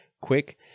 quick